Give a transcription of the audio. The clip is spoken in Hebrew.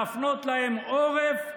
להפנות להם עורף,